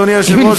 אדוני היושב-ראש,